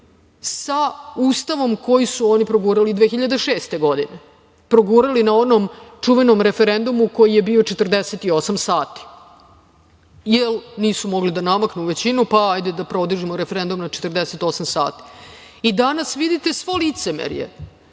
sa Ustavom koji su oni progurali 2006. godine, progurali na onom čuvenom referendumu koji je bio 48 sati, jer nisu mogli da namaknu većinu, pa hajde da produžimo referendum na 48 sati. Danas vidite svo licemerje